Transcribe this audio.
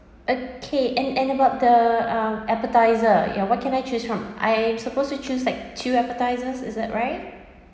okay and and about the um appetiser yeah what can I choose from I supposed to choose like two appetisers is that right